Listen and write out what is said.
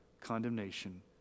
Condemnation